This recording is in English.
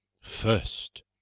first